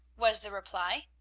was the reply.